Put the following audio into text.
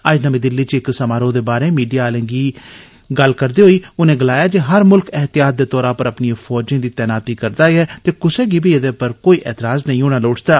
अज्ज नमीं दिल्ली च इक समारोह दे बाहरे मीडिया आलें कन्नै गल्ल करदे होई उनें गलाया जे हर मुल्ख एहतियात दे तौर उप्पर अपनिएं फौजें दी तैनाती करदा ऐ ते कुसै गी एदे पर कोई एतराज नेई होना लोड़चदा